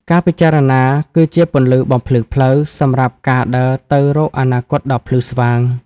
ការពិចារណាគឺជាពន្លឺបំភ្លឺផ្លូវ សម្រាប់ការដើរទៅរកអនាគតដ៏ភ្លឺស្វាង។